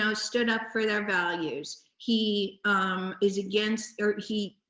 so stood up for their values. he is against, or he